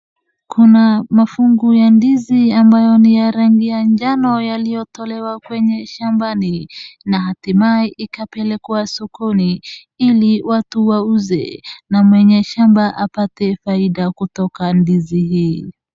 kuna mafungu ya ndizi ambayo ni ya rangi ya jano yaliyo tolewa kwenye shambani na hatimaye ikapelekwa sokoni ili watu wauze, na mwenye shamba apate faida kutoka ndizi hii